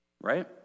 Right